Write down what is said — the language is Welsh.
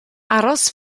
aros